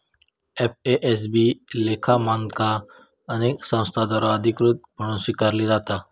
FASB लेखा मानका अनेक संस्थांद्वारा अधिकृत म्हणून स्वीकारली जाता